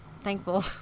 thankful